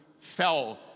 fell